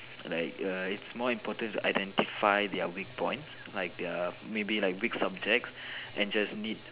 like err it's more important to identify their weak points like their maybe their weak subjects and just need